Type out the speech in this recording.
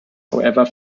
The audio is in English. however